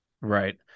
Right